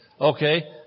Okay